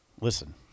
Listen